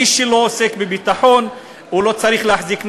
מי שלא עוסק בביטחון לא צריך להחזיק נשק.